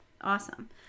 awesome